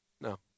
No